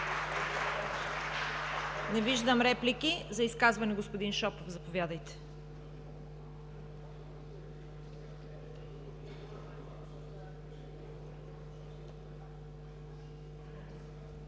Не виждам реплики. За изказване – господин Шопов, заповядайте.